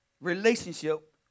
relationship